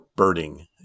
birding